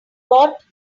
got